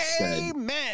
Amen